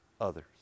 others